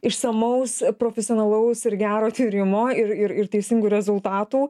išsamaus profesionalaus ir gero tyrimo ir ir ir teisingų rezultatų